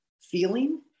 feeling